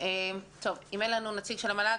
אם אין לנו נציג של המל"ג